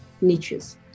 niches